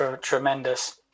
tremendous